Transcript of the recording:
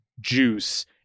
juice